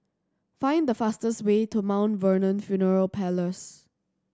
find the fastest way to Mount Vernon Funeral Parlours